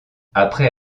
après